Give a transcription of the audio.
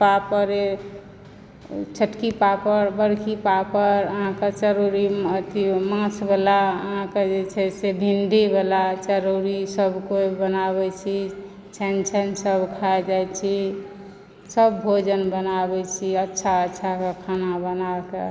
पापड़े छोटकी पापड़ बड़की पापड़ अहाँके चरौड़ी अथी माछबला अहाँक जे छै से भिण्डीबला चरौड़ी सभकोइ बनाबैत छी छानि छानिसभ खाइ जाइ छी सभ भोजन बनाबैत छी अच्छा अच्छा खाना बनाके